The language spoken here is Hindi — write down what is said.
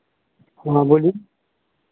हाँ बोलिए